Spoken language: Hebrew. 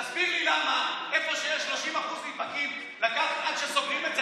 תסביר לי למה איפה שיש 30% נדבקים לקח עד שסוגרים את זה,